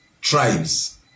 tribes